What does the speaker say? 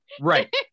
Right